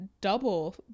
double